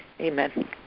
Amen